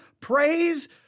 praise